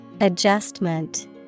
Adjustment